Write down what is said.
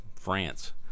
France